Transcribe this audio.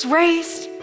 raised